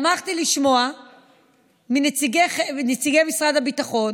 שמחתי לשמוע מנציגי משרד הביטחון